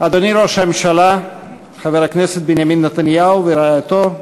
אדוני ראש הממשלה חבר הכנסת בנימין נתניהו ורעייתו,